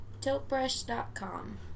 tiltbrush.com